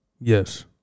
Yes